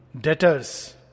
debtors